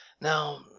Now